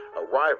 Arrival